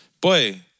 Boy